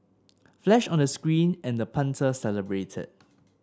flash on the screen and the punter celebrated